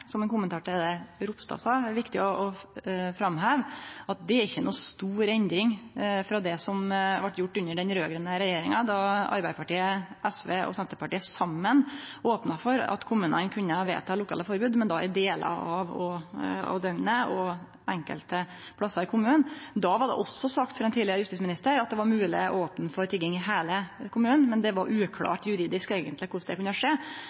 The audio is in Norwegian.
som ein kommentar til det Ropstad sa – det er viktig å framheve at det ikkje er noka stor endring frå det som vart gjort under den raud-grøne regjeringa då Arbeidarpartiet, SV og Senterpartiet saman opna for at kommunane kunne vedta lokale forbod, men då i delar av døgnet og på enkelte plassar i kommunen. Då vart det også sagt frå ein tidlegare justisminister at det var mogleg å opne for tigging i heile kommunen, men det var eigentleg uklart juridisk korleis det skulle kunne skje.